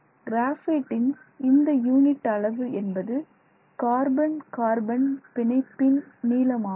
கிராபைட்டின் இந்த யூனிட் அளவு என்பது கார்பன் கார்பன் பிணைப்பின் நீளமாகும்